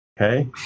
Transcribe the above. Okay